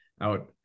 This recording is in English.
out